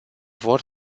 vor